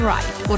Right